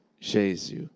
Jesus